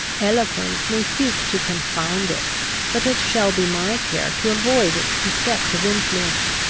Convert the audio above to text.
eloquence may seek to confound it but it shall be my care to avoid its deceptive influence.